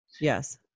Yes